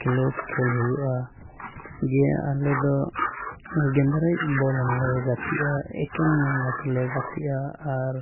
ᱠᱷᱮᱹᱞᱳᱰ ᱠᱷᱮᱹᱞ ᱦᱩᱭᱩᱜᱼᱟ ᱡᱮ ᱟᱞᱮ ᱫᱚ ᱜᱮᱸᱫᱽᱨᱮᱡ ᱵᱚᱞ ᱦᱚᱸᱞᱮ ᱜᱟᱛᱮᱜᱼᱟ ᱮᱠᱮᱱ ᱡᱟᱸᱜᱟ ᱛᱮᱞᱮ ᱜᱟᱛᱮᱜᱼᱟ ᱟᱨ